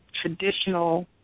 traditional